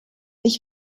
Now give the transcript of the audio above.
ich